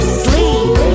sleep